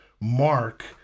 Mark